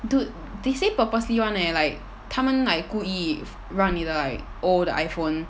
dude they say purposely one leh like 他们 like 故意让你的 like old 的 iphone